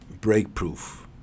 breakproof